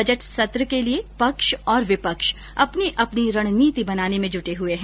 budget सत्र के लिये पक्ष और विपक्ष अपनी अपनी रणनीति बनाने में जुटे हुये हैं